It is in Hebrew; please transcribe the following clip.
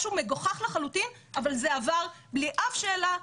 משהו מגוחך לחלוטין אבל זה עבר בלי אף שאלה,